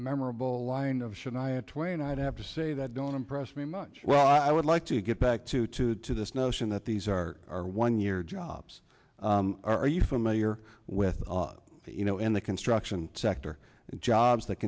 twain i'd have to say that don't impress me much well i would like to get back to to to this notion that these are our one year jobs are you familiar with the you know in the construction sector jobs that